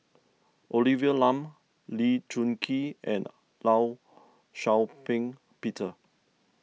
Olivia Lum Lee Choon Kee and Law Shau Ping Peter